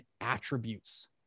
attributes